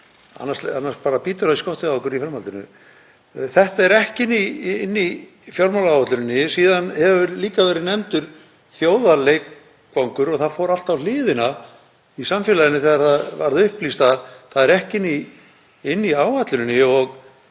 annars bítur það í skottið á okkur í framhaldinu. Þetta er ekki inni í fjármálaáætlun. Síðan hefur líka verið nefndur þjóðarleikvangur og það fór allt á hliðina í samfélaginu þegar það var upplýst að hann er ekki inni í áætluninni.